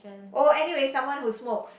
oh anyway someone who smokes